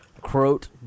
Croat